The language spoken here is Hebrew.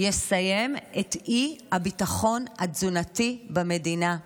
יסיים את האי-ביטחון התזונתי במדינה,